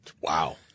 Wow